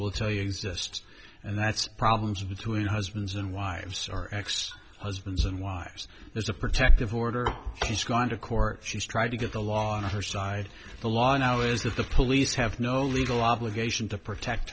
will tell you is just and that's problems between husbands and wives are ex husbands and wives there's a protective order she's gone to court she's tried to get the law on her side the law now is that the police have no legal obligation to protect